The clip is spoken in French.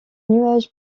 nuage